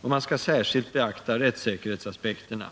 och ”särskilt beakta rättssäkerhetsaspekterna”.